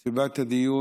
סיבת הדיון